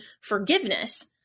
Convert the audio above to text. forgiveness